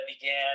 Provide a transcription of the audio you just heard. began